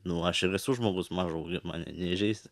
nu aš ir esu žmogus mažo mane neįžeis